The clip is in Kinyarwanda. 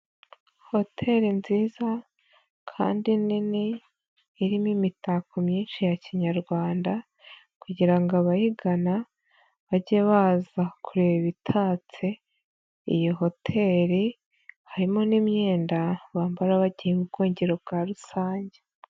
Hoteri nziza kandi nini irimo imitako myinshi ya kinyarwanda kugira ngo abayigana bage baza kureba ibitatse iyo hoteri harimo n'imyenda bambara bagiye mu bwogero bwa rusange.